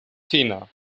fina